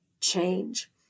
change